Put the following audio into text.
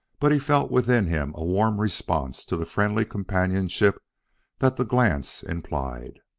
but he felt within him a warm response to the friendly companionship that the glance implied.